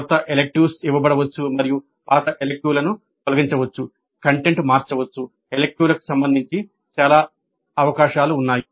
కొత్త ఎలిక్టివ్ ఇవ్వబడవచ్చు మరియు పాత ఎలిక్టివ్ తొలగించబడవచ్చు కంటెంట్ మారవచ్చు ఎలిక్టివ్ లకు సంబంధించి చాలా అవకాశాలు ఉన్నాయి